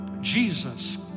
Jesus